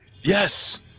Yes